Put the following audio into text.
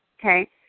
Okay